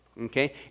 okay